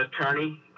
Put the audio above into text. attorney